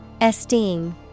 esteem